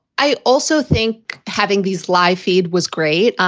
i also think having these live feed was great,